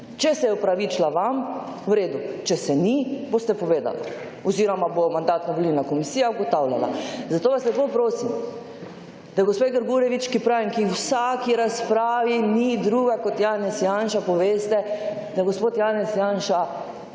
Če se je opravičila vam, v redu. Če se ni, boste povedala oziroma bo Mandatno-volilna komisija ugotavljala. Zato vas lepo prosim, da gospe Grgurevič, ki v vsaki razpravi ni drugega kot Janez Janša, poveste, da gospod Janez Janša